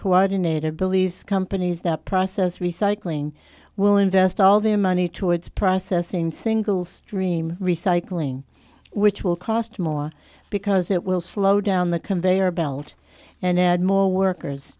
coordinator believes companies that process recycling will invest all their money towards processing single stream recycling which will cost more because it will slow down the conveyor belt and add more workers